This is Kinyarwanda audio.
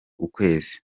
ukwezi